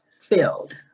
filled